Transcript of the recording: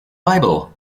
bible